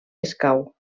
escau